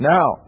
Now